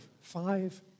Five